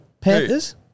Panthers